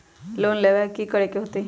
Loan लेवेला की करेके होतई?